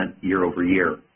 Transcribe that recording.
year-over-year